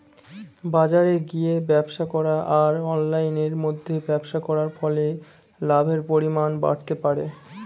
বাজারে গিয়ে ব্যবসা করা আর অনলাইনের মধ্যে ব্যবসা করার ফলে লাভের পরিমাণ বাড়তে পারে?